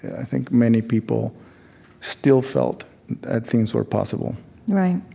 i think many people still felt that things were possible right.